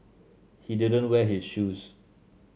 he didn't wear his shoes